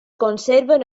conserven